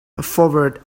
forward